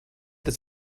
das